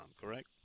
correct